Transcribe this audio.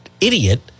idiot